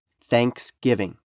Thanksgiving